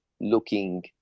looking